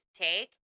take